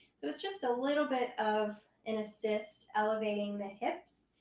so it's just a little bit of an assist, elevating the hips,